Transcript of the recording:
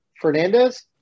Fernandez